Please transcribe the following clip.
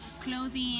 clothing